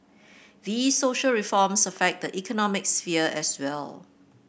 these social reforms affect the economic sphere as well